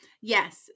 Yes